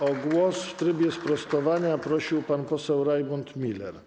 O głos w trybie sprostowania prosił pan poseł Rajmund Miller.